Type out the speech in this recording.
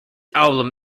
album